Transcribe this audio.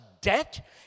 debt